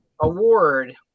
award